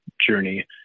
journey